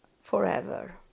forever